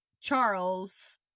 Charles